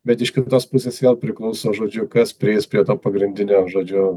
bet iš kitos pusės vėl priklauso žodžiu kas prieis prie to pagrindinio žodžiu